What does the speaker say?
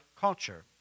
culture